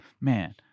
man